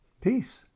Peace